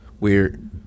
weird